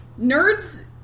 nerds